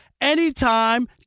anytime